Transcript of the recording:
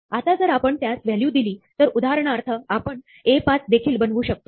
आता जर आपण त्यास व्हॅल्यू दिली तर उदाहरणार्थ आपण "A5" देखील बनवू शकतो